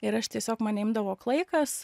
ir aš tiesiog mane imdavo klaikas